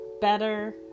better